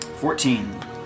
Fourteen